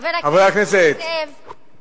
חבר הכנסת חבר הכנסת